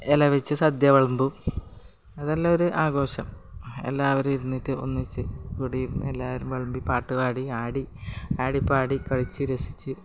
ഇല വെച്ചു സദ്യ വിളമ്പും അതെല്ലാം ഒരു ആഘോഷം എല്ലാവരും ഇരുന്നിട്ട് ഒന്നിച്ച് കൂടിയും എല്ലാവരും വിളമ്പി പാട്ടു പാടി ആടി ആടിപ്പാടി കളിച്ചു രസിച്ച്